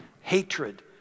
hatred